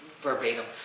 verbatim